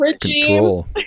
control